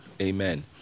Amen